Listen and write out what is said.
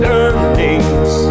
earnings